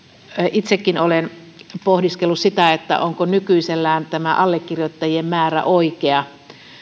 itsekin olen pohdiskellut sitä onko nykyisellään tämä allekirjoittajien määrä oikea